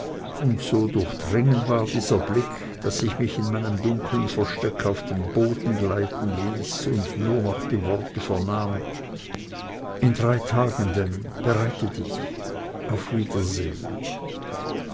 und so durchdringend war dieser blick daß ich mich in meinem dunklen versteck auf den boden gleiten ließ und nur noch die worte vernahm in drei tagen denn bereite dich auf wiedersehen